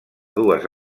dues